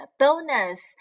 bonus